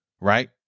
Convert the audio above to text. right